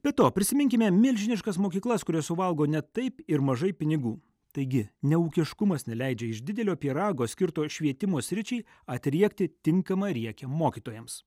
be to prisiminkime milžiniškas mokyklas kurios suvalgo ne taip ir mažai pinigų taigi neūkiškumas neleidžia iš didelio pyrago skirto švietimo sričiai atriekti tinkamą riekę mokytojams